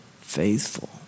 faithful